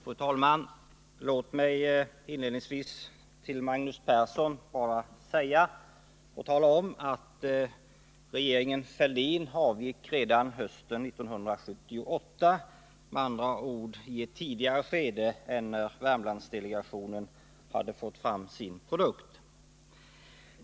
Fru talman! Låt mig inledningsvis för Magnus Persson tala om att regeringen Fälldin avgick redan hösten 1978, med andra ord innan Värmlandsdelegationen hade fått fram sin produkt.